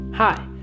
Hi